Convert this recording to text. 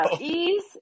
Ease